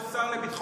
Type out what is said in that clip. שיושב בבית הזה,